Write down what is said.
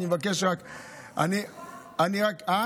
זו